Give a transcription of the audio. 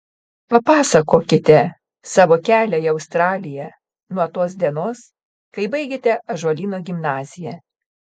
papasakokite savo kelią į australiją nuo tos dienos kai baigėte ąžuolyno gimnaziją